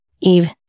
Eve